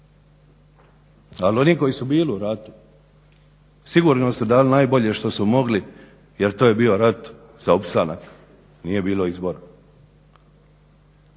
Ali oni koji su bili u ratu sigurno su dali što su najbolje mogli jer to je bio rat za opstanak, nije bilo izbora.